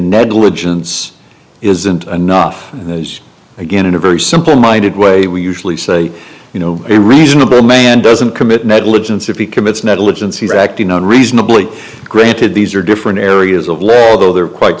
negligence isn't enough and again in a very simple minded way we usually say you know a reasonable man doesn't commit negligence if he commits negligence he's acting on reasonably granted these are different areas of law although they're quite